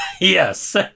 Yes